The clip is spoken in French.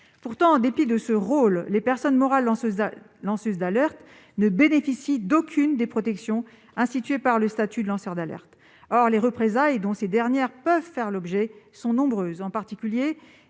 Pourtant, en dépit de ce rôle, les personnes morales lanceuses d'alerte ne bénéficient d'aucune des protections instituées par le statut de lanceur d'alerte. Or les représailles dont elles peuvent faire l'objet sont nombreuses. En effet,